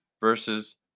versus